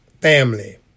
family